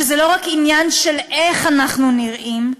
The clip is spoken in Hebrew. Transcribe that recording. שזה לא רק עניין של איך אנחנו נראים,